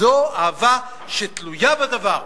זו אהבה שתלויה בדבר.